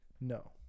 no